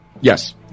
Yes